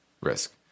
risk